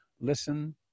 Listen